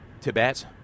Tibet